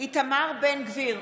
איתמר בן גביר,